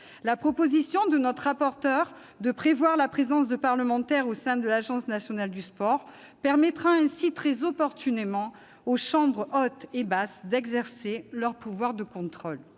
La proposition de notre rapporteur de prévoir la présence de parlementaires au sein de l'Agence nationale du sport permettra ainsi, très opportunément, à la chambre haute et à la chambre basse d'exercer leur pouvoir de contrôle.